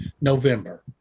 November